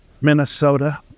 Minnesota